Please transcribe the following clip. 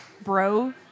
bro